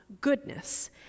goodness